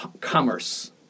commerce